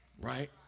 Right